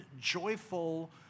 joyful